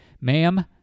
ma'am